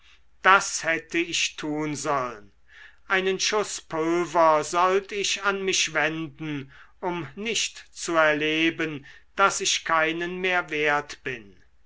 das hätte ich tun sollen einen schuß pulver sollt ich an mich wenden um nicht zu erleben daß ich keinen mehr wert bin